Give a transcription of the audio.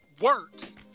works